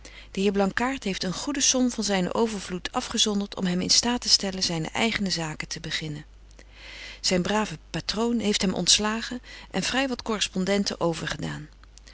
de heer blankaart heeft een goede som van zynen overvloed afgezondert om hem in staat te stellen zyne eigene zaken te gaan beginnen betje wolff en aagje deken historie van mejuffrouw sara burgerhart zyn brave patroon heeft hem ontslagen en vry wat correspondenten overgedaan